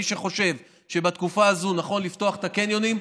מי שחושב שבתקופה הזו נכון לפתוח את הקניונים,